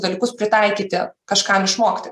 dalykus pritaikyti kažkam išmokti